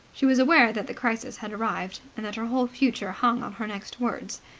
she was aware that the crisis had arrived, and that her whole future hung on her next words.